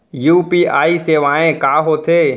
UPI सेवाएं का होथे